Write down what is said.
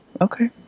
Okay